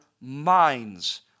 minds